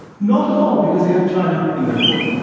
not at all, because they have china in their corner.